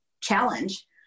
challenge